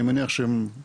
אני מניח שיש,